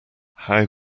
how